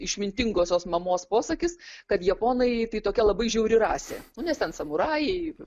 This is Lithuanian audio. išmintingosios mamos posakis kad japonai tai tokia labai žiauri rasė nu nes ten samurajai